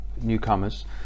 newcomers